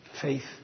faith